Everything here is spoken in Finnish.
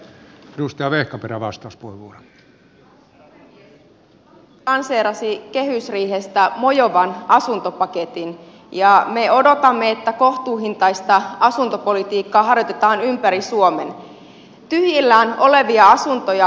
hallitus lanseerasi kehysriihestä mojovan asuntopaketin ja me odotamme että kohtuuhintaista asuntopolitiikkaa harjoitetaan ympäri suomen